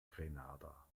grenada